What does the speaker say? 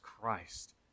Christ